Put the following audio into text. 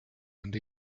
and